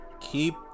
Keep